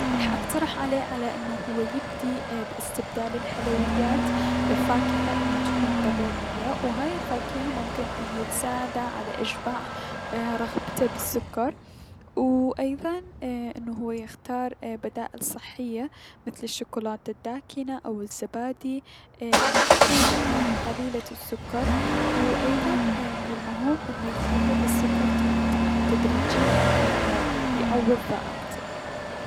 راح اقترح عليه انو هو يبدي اي- بأستبدال الحلويات بفاكهة ممكن انو تكون طبيعية و هذي الفاكهة انو تساعده على اشباع رغبته بالسكر، و ايضا انه هو يختار بدائل صحية مثل الشوطكولاتة الداكنة او الزبادي، الي تكون ايي- قليلة السكر، و ايضا من المهم انه يقلل السكر ت تدريجيا حتى يعوض ذائقته.